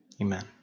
Amen